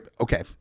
okay